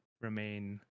remain